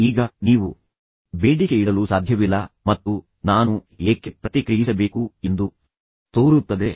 ಈಗ ನೀವು ಬೇಡಿಕೆಯಿಡಲು ಸಾಧ್ಯವಿಲ್ಲ ಮತ್ತು ನಾನು ಏಕೆ ಪ್ರತಿಕ್ರಿಯಿಸಬೇಕು ಎಂದು ತೋರುತ್ತದೆ